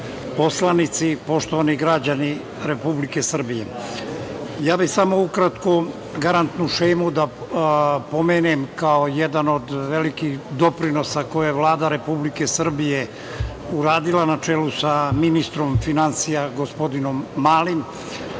poslanici, poštovani građani Republike Srbije, ja bih samo ukratko garantnu šemu da pomenem kao jedan od velikih doprinosa koje je Vlada Republike Srbije uradila na čelu sa ministrom finansija, gospodinom Malim,